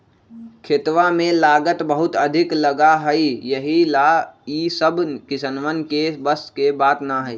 खेतवा में लागत बहुत अधिक लगा हई यही ला ई सब किसनवन के बस के बात ना हई